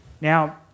Now